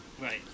right